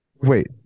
Wait